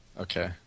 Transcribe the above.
Okay